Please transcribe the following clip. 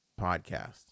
podcast